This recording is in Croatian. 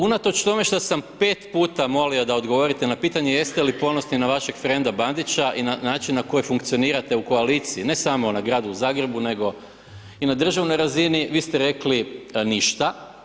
Unatoč tome što sam pet puta molio da odgovorio na pitanje jeste li ponosni na vašeg frenda Bandića i na način na koji funkcionirate u koaliciji ne samo na gradu Zagrebu nego i na državnoj razini, vi ste rekli ništa.